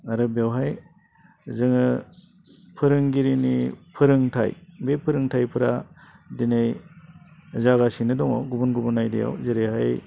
आरो बेवहाय जोङो फोरोंगिरिनि फोरोंथाइ बे फोरोंथाइफोरा दिनै जागासिनो दङ गुबुन गुबुन आयदायाव जेरैहाय